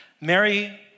Mary